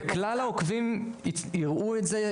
וכלל העוקבים יראו את זה,